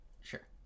Sure